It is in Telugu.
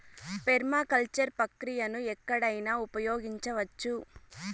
పెర్మాకల్చర్ ప్రక్రియను ఎక్కడైనా ఉపయోగించవచ్చు